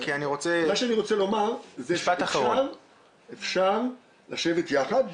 מה שאני רוצה לומר הוא שאפשר לשבת יחד,